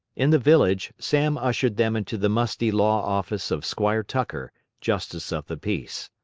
in the village, sam ushered them into the musty law office of squire tucker, justice of the peace.